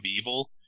evil